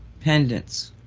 pendants